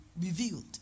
revealed